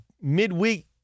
midweek